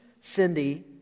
Cindy